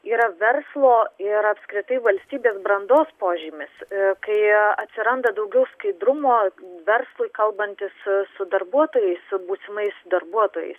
yra verslo ir apskritai valstybės brandos požymis kai atsiranda daugiau skaidrumo verslui kalbantis su darbuotojais su būsimais darbuotojais